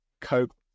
cope